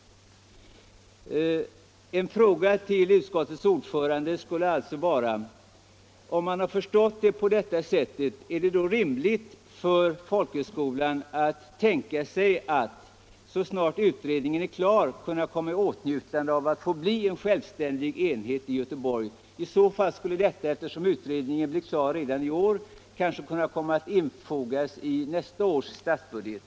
Jag vill till utskottets ordförande ställa frågan om det är rimligt att tänka sig att Göteborgs folkhögskola så snart utredningen framlagt sitt förslag skulle kunna bli en självständig skolenhet i Göteborg. I så fall skulle den, eftersom utredningen blir klar redan i år, kanske kunna tas med i nästa års finansbudget.